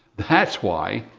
that's why.